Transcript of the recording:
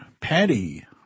Patty